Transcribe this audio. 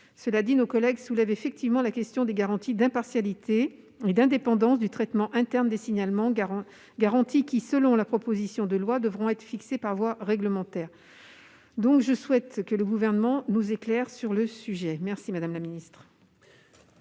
Cela dit, nos collègues soulèvent effectivement la question des garanties d'impartialité et d'indépendance du traitement interne des signalements, garanties qui, selon la proposition de loi, devront être fixées par voie réglementaire. Je souhaite donc que le Gouvernement nous éclaire sur le sujet. Quel est